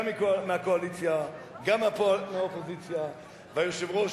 גם מהקואליציה וגם מהאופוזיציה, והיושב-ראש,